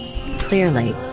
Clearly